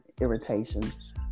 irritations